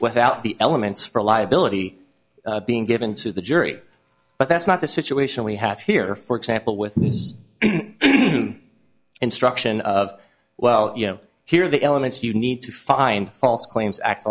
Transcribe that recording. without the elements for liability being given to the jury but that's not the situation we have here for example with instruction of well you know here are the elements you need to find false claims act